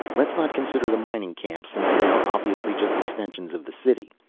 let's not consider the mining camps, since they are obviously just extensions of the city.